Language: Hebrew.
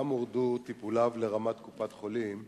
גם הורדו טיפוליו לרמת קופת-חולים,